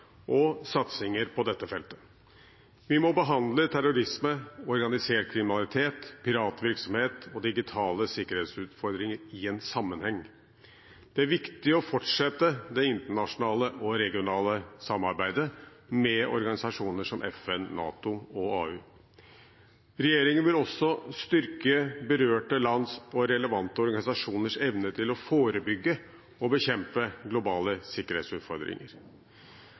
og satsinger på dette feltet. Vi må behandle terrorisme, organisert kriminalitet, piratvirksomhet og digitale sikkerhetsutfordringer i en sammenheng. Det er viktig å fortsette det internasjonale og regionale samarbeidet med organisasjoner som FN, NATO og AU. Regjeringen vil også styrke berørte lands og relevante organisasjoners evne til å forebygge og bekjempe globale sikkerhetsutfordringer.